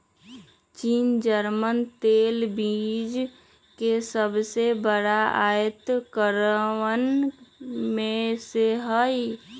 चीन जर्मनी तेल बीज के सबसे बड़ा आयतकरवन में से हई